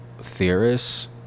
theorists